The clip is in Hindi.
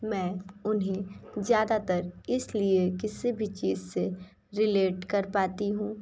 मैं उन्हें ज़्यादातर इसलिए किसी भी चीज से रिलेट कर पाती हूँ